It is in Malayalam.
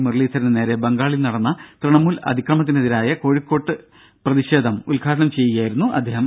മുരളീധരന് നേരെ ബംഗാളിൽ നടന്ന ത്യണമൂൽ അതിക്രമത്തിനെതിരായി കോഴിക്കോട് നടന്ന പ്രതിഷേധം ഉദ്ഘാടനം ചെയ്യുകയായിരുന്നു അദ്ദേഹം